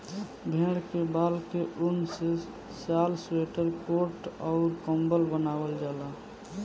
भेड़ के बाल के ऊन से शाल स्वेटर कोट अउर कम्बल बनवाल जाला